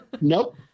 Nope